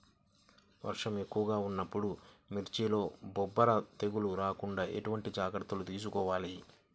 వర్షం ఎక్కువగా ఉన్నప్పుడు మిర్చిలో బొబ్బర తెగులు రాకుండా ఎలాంటి జాగ్రత్తలు తీసుకోవాలి?